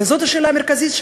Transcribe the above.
וזאת השאלה המרכזית,